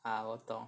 啊我懂